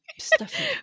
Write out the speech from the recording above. stuffy